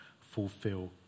fulfill